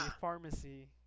pharmacy